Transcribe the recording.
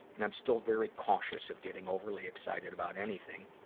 and i'm still very cautious of getting overly excited about anything,